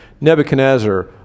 Nebuchadnezzar